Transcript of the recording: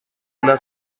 una